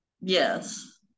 Yes